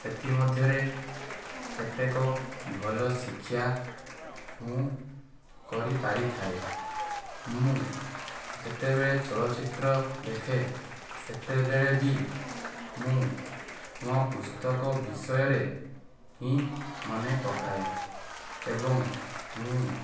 ସେଥିମଧ୍ୟରେ କେତେକ ଭଲ ଶିକ୍ଷା ମୁଁ କରି ପାରିଥାଏ ମୁଁ ଯେତେବେଳେ ଚଳଚ୍ଚିତ୍ର ଦେଖେ ସେତେବେଳେ ବି ମୁଁ ମୋ ପୁସ୍ତକ ବିଷୟରେ ହିଁ ମନେ ପକାଏ ଏବଂ ମୁଁ